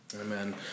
Amen